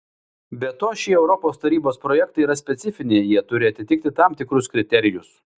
be to šie europos tarybos projektai yra specifiniai jie turi atitikti tam tikrus kriterijus